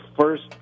first